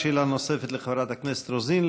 שאלה נוספת לחברת הכנסת רוזין.